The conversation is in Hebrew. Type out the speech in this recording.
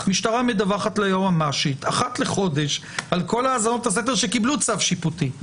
המשטרה מדווחת ליועמ"שית אחת לחודש על כל האזנות הסתר שקיבלו צו שיפוטי.